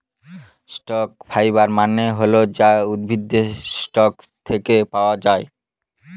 stock fibre মানে হল যা উদ্ভিদের স্টক থাকে পাওয়া যায়